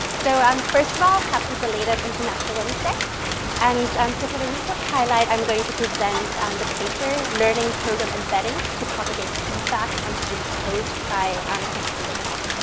so and first of all happy belated international women's day and and so for the recent highlight, i'm going to present and the paper. learning program embeddings to propagate feedback on student code by chris piech, et al.